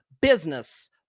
business